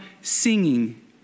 singing